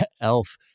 elf